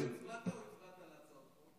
הצבעת או לא הצבעת על הצעות חוק?